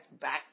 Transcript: back